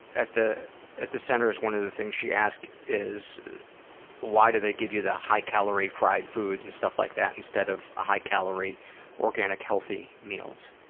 at the at the centers one of things she asked is why do they give you the high calorie fried foods and stuff like that instead of ah high calorie organic healthy meals.